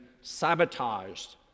sabotaged